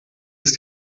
ist